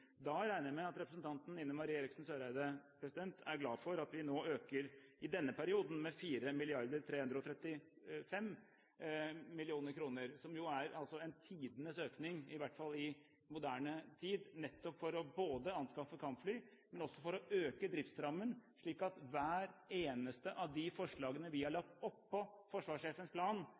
Da regner jeg med at representanten Ine M. Eriksen Søreide bestemt er glad for at vi nå øker med 4,335 mrd. kr i denne perioden, som jo er tidenes økning – i hvert fall i moderne tid – nettopp for både å anskaffe kampfly og for å øke driftsrammen, slik at hvert eneste av de forslagene vi har lagt oppå forsvarssjefens plan,